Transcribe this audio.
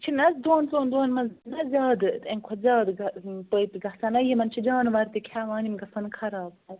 چھِنَہ حظ دۄن ژۄن دۄہن منٛز زیادٕ امہِ کھۄتہٕ زیادٕ پٔپۍ گَژھن نَہ یِمن چھِ جانور تہِ کھٮ۪وان یِم گَژھان خراب پتہٕ